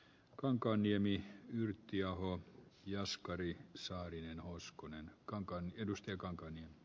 kankaanniemi yrttiaho ja oskari saarinen huuskonen herra puhemies